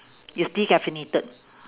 is decaffeinated